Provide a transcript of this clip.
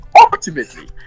ultimately